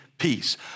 peace